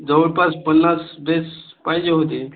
जवळपास पन्नास पीस पाहिजे होते